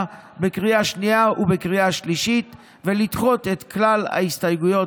בקריאה השנייה ובקריאה השלישית ולדחות את כלל ההסתייגויות.